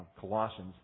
Colossians